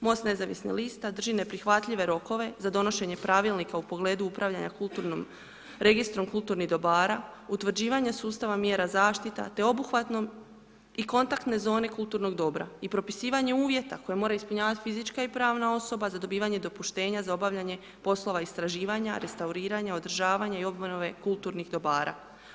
MOST nezavisnih lista drži neprihvatljive rokove za donošenje pravilnika u pogledu upravljanja kulturnom, registrom kulturnih dobara, utvrđivanja sustava mjera zaštita te obuhvatom i kontaktne zone kulturnog dobra i propisivanje uvjeta koje mora ispunjavati fizička i pravna osoba za dobivanje dopuštenja za obavljanje poslova istraživanja, restauriranja, održavanja i obnove kulturnih dobara.